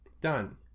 Done